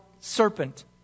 serpent